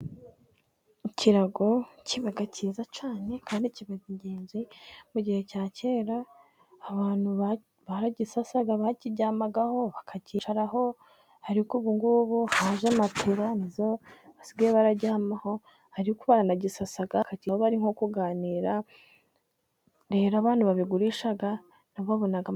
Ikirago kiba cyiza cyane kandi kiba ingenzi. Mu gihe cya kera abantu baragisasaga, bakiryamagaho, bakacyicaraho. Ariko ubu ngubu haje matera ni zo Abantu basigaye bararyamaho, ariko baranagisasa iyo bari nko kuganira. Rero abantu babigurisha na bo babona amafaranga.